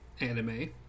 anime